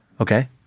Okay